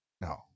no